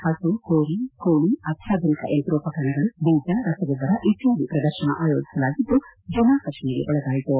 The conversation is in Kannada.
ಹು ಕುರಿ ಕೋಳಿ ಆತ್ಮಾಧುನಿಕ ಯಂತ್ರೋಪಕರಣಗಳು ಬೀಜ ರಸಗೊಬ್ಬರ ಇತ್ಯಾದಿ ಪ್ರದರ್ಶನ ಆಯೋಜಿಸಲಾಗಿದ್ದು ಜನಾಕರ್ಷಣೆಗೆ ಒಳಗಾಯಿತು